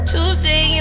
Tuesday